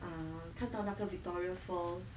ah 看到那个 victoria falls